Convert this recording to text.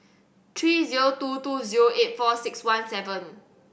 three zero two two eight four six one seven